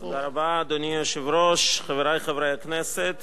אדוני היושב-ראש, תודה רבה, חברי חברי הכנסת,